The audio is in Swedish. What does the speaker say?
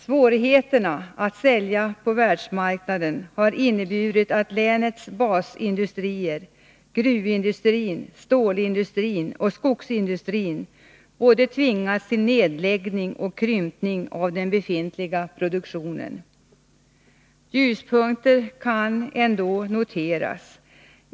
Svårigheterna att sälja på världsmarknaden har inneburit att länets basindustrier — gruvindustrin, stålindustrin och skogsindustrin — tvingats till både nedläggning och krympning av den befintliga produktionen. Ljuspunkter kan dock noteras.